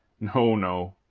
no, no.